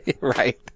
right